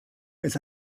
ist